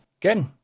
Good